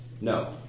No